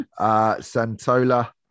Santola